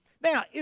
Now